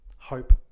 hope